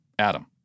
Adam